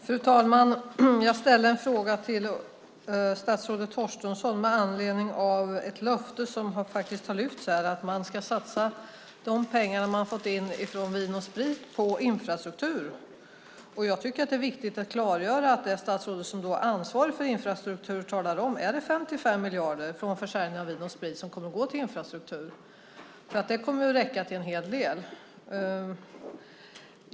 Fru talman! Jag ställde en fråga till statsrådet Torstensson med anledning av ett löfte som faktiskt har getts här om att man ska satsa de pengar man får in från försäljningen av Vin & Sprit på infrastruktur. Jag tycker att det är viktigt att statsrådet som är ansvarig för infrastruktur talar om ifall de 55 miljarderna från försäljningen av Vin & Sprit kommer att gå till infrastruktur. Det kommer i så fall att räcka till en hel del.